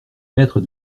maître